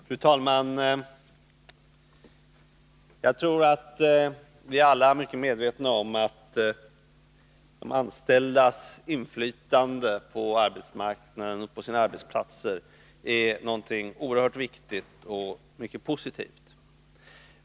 Fru talman! Jag tror att vi alla är mycket medvetna om att de anställdas inflytande på arbetsmarknaden och på sina arbetsplatser är någonting oerhört viktigt och mycket positivt.